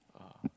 ah